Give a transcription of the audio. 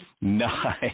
Nice